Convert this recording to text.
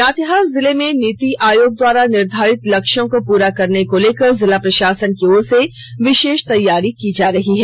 लातेहार जिले में नीति आयोग द्वारा निर्धारित लक्ष्यों को पूरा करने को लेकर जिला प्रशासन की ओर से विशेष तैयारी की जा रही है